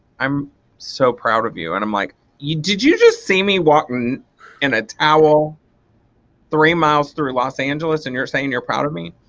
i'm so proud of you. and i'm like did you just see me walking in a towel three miles through los angeles and you're saying you're proud of me?